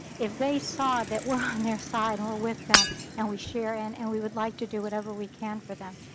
if they saw that we're on their side or with them and we share and and we would like to do whatever we can for them,